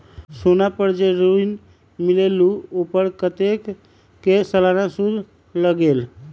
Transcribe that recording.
सोना पर जे ऋन मिलेलु ओपर कतेक के सालाना सुद लगेल?